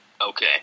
okay